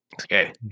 Okay